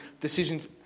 decisions